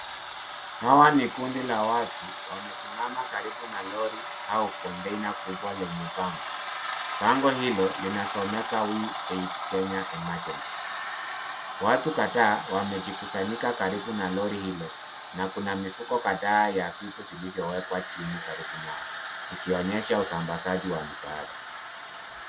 Hawa ni kundi la watu wamesimama karibu na lori au kontena kubwa lenye bango. Bango hilo linasomeka WF- AID Kenya Emergency. Watu kadhaa wamejikusanyika karibu na lori hilo na kuna mifuko kahdaa ya vitu vilivyowekwa chini karibu nao, ikionyesha usambazaji wa misaada.